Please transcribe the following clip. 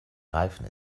reifen